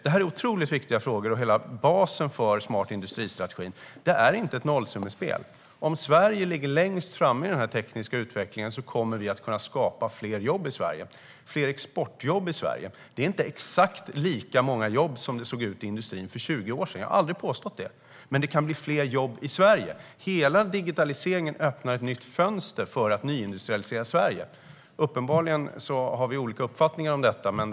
Detta är otroligt viktiga frågor och utgör hela basen för strategin Smart industri. Det här är inte ett nollsummespel. Om Sverige ligger längst fram i den tekniska utvecklingen kommer vi att kunna skapa fler jobb och fler exportjobb här. Det rör sig inte om exakt lika många jobb i industrin som fanns för 20 år sedan. Det har jag aldrig påstått. Men det kan leda till fler jobb i Sverige. Hela digitaliseringen öppnar ett nytt fönster för att nyindustrialisera Sverige. Uppenbarligen har vi olika uppfattning om det här.